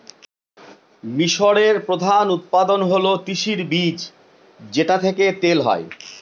মিশরের প্রধান উৎপাদন হল তিসির বীজ যেটা থেকে তেল হয়